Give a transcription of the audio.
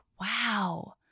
wow